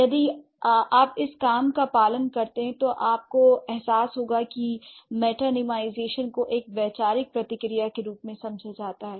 यदि आप इस काम का पालन करते हैं तो आपको एहसास होगा कि मेटानीमाईजेशन को एक वैचारिक प्रतिक्रिया के रूप में समझा जाता है